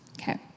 okay